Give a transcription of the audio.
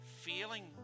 feeling